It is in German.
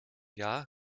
jahr